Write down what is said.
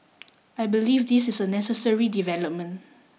I believe this is a necessary development